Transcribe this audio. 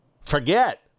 forget